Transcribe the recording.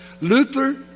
Luther